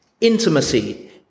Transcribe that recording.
Intimacy